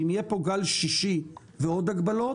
שאם יהיה פה גל שישי ועוד הגבלות,